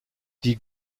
die